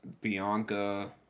Bianca